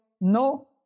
no